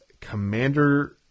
Commander